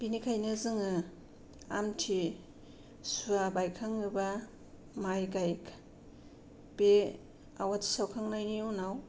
बेनिखायनो जोङो आम्थिसुवा बायखाङोबा माइ गायखा बे आवाथि सावखांनायनि उनाव